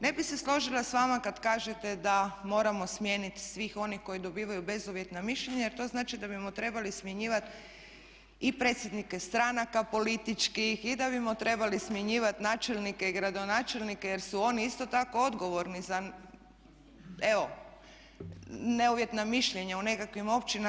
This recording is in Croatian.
Ne bih se složila sa vama kad kažete da moramo smijeniti svih onih koji dobivaju bezuvjetna mišljenja, jer to znači da bimo trebali smjenjivati i predsjednike stranaka političkih i da bimo trebali smjenjivati načelnike i gradonačelnike, jer su oni isto tako odgovorni za evo neuvjetna mišljenja u nekakvim općinama.